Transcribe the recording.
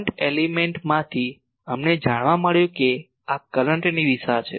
current એલિમેન્ટમાંથી અમને જાણવા મળ્યું કે આ કરંટની દિશા છે